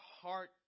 heart